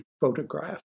photograph